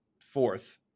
fourth